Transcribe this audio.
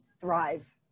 thrive